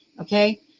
okay